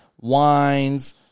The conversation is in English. wines